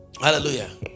Hallelujah